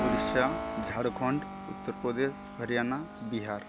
Orissa Jharkhand Uttar Pradesh Haryana Bihar